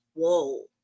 Whoa